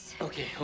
okay